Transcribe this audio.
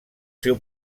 seu